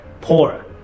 poorer